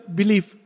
belief